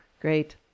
Great